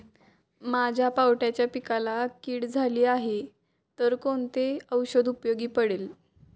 माझ्या पावट्याच्या पिकाला कीड झाली आहे तर कोणते औषध उपयोगी पडेल?